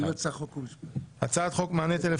אני לא יכול להצביע אבל בוודאי שאני --- מאה אחוז.